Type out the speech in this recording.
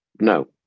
No